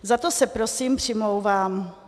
Za to se prosím přimlouvám.